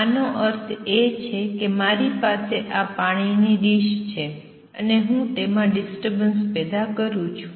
આનો અર્થ એ છે કે મારી પાસે આ પાણીની ડિશ છે અને હું તેમાં ડિસ્ટર્બન્સ પેદા કરું છું